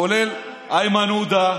כולל איימן עודה,